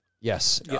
yes